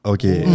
Okay